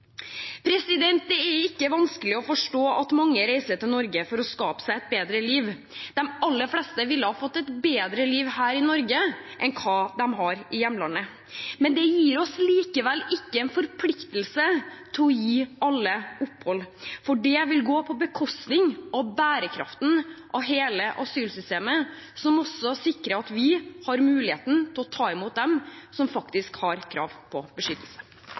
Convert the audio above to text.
Det er ikke vanskelig å forstå at mange reiser til Norge for å skape seg et bedre liv. De aller fleste ville ha fått et bedre liv her i Norge enn hva de har i hjemlandet. Det gir oss likevel ikke en forpliktelse til å gi alle opphold, for det vil gå på bekostning av bærekraften til hele asylsystemet, som også sikrer at vi har muligheten til å ta imot dem som faktisk har krav på beskyttelse.